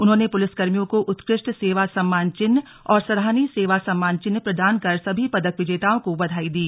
उन्होंने पुलिस कर्मियों को उत्कृष्ट सेवा सम्मान चिन्ह और सराहनीय सेवा सम्मान चिन्ह प्रदान कर सभी पदक विजेताओं को बधाई दी